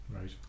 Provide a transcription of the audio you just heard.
Right